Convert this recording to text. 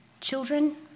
Children